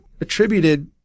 attributed